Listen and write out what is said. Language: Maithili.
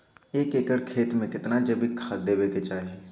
एक एकर खेत मे केतना जैविक खाद देबै के चाही?